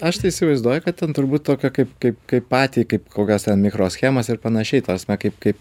aš tai įsivaizduoju kad ten turbūt tokio kaip kaip kaip patį kaip kokias ten mikroschemas ir panašiai ta prasme kaip kaip